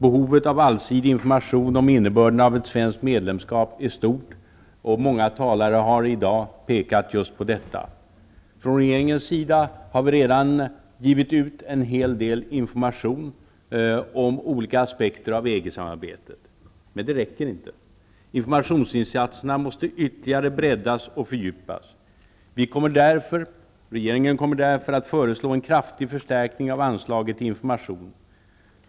Behovet av allsidig information om innebörden av ett svenskt medlemskap är stort, och många talare har i dag pekat på just detta. Från regeringens sida har vi redan givit ut en hel del information om olika aspekter av EG-samarbetet. Men det räcker inte. Informationsinsatserna måste ytterligare breddas och fördjupas. Regeringen kommer därför att föreslå en kraftig förstärkning av anslaget till information.